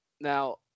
now